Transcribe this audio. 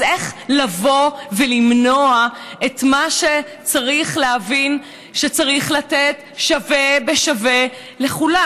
אז איך לבוא ולמנוע את מה שצריך להבין שצריך לתת שווה בשווה לכולם?